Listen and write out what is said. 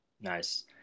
Nice